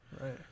right